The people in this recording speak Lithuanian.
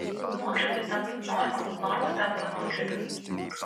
nuokrypiui tampant norma norma tampa nuokrypiu